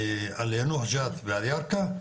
על יאנוח ג'ת ועל ירכא,